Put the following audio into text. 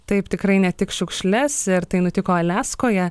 taip tikrai ne tik šiukšles ir tai nutiko aliaskoje